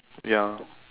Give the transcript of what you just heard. ya